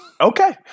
Okay